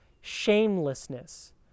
shamelessness